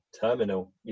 terminal